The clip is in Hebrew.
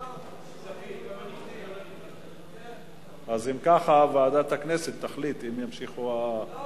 אם ככה, ועדת הכנסת תחליט, אם ימשיכו, לא,